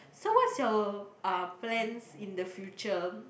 so what's your uh plans in the future